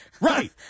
Right